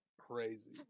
crazy